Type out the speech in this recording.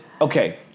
okay